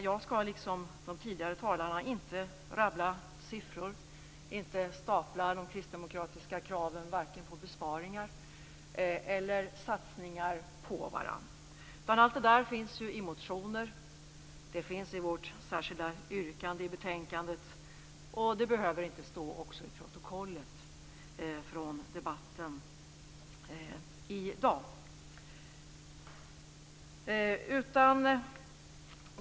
Jag skall, liksom de tidigare talarna, inte rabbla siffror, inte stapla de kristdemokratiska kraven varken på besparingar eller satsningar på varandra. Allt det där finns i motioner och i vårt särskilt yttrande till betänkandet, och det behöver inte stå i protokollet från debatten i dag.